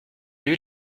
lune